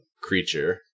creature